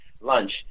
lunch